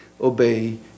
obey